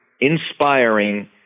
inspiring